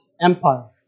empire